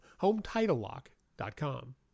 HomeTitleLock.com